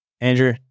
Andrew